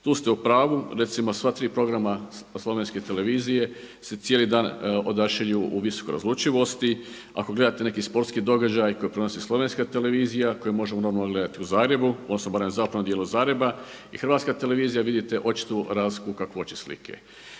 Tu ste u pravu, recimo sva tri programa od slovenske televizije se cijeli dan odašilju u visokoj razlučivosti. Ako gledate neki sportski događaj koji prenosi slovenska televizija, koji možemo normalno gledati u Zagrebu, odnosno barem u zapadnom dijelu Zagreba i HRT, vidite očitu razliku kakvoće slike.